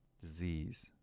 disease